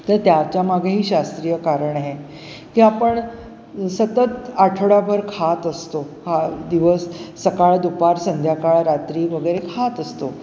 तर त्याच्या मागेही शास्त्रीय कारण आहे की आपण सतत आठवडाभर खात असतो हा दिवस सकाळ दुपार संध्याकाळ रात्री वगैरे खात असतो